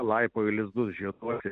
laipo į lizdus žieduoti